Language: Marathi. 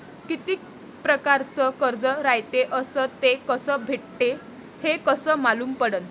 कितीक परकारचं कर्ज रायते अस ते कस भेटते, हे कस मालूम पडनं?